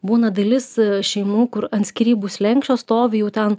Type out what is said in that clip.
būna dalis šeimų kur ant skyrybų slenksčio stovi jau ten